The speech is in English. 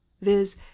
viz